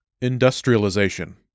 Industrialization